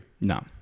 No